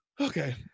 Okay